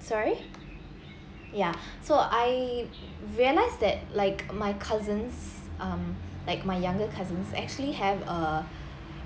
sorry ya so I realise that like my cousins um like my younger cousins actually have uh